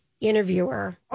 interviewer